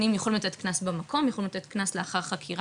יכולים לתת קנס במקום, יכולים לתת קנס לאחר חקירה.